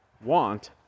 want